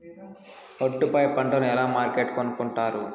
ఒట్టు పై పంటను ఎలా మార్కెట్ కొనుక్కొంటారు?